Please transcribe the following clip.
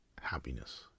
happiness